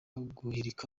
guhirika